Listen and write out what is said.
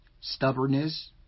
stubbornness